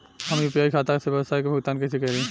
हम यू.पी.आई खाता से व्यावसाय के भुगतान कइसे करि?